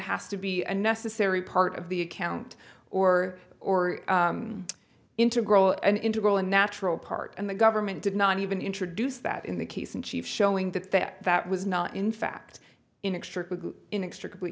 has to be a necessary part of the account or or integral an integral and natural part and the government did not even introduce that in the case in chief showing that there was not in fact inextricably inexplicably